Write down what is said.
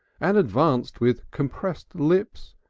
and advanced with compressed lips,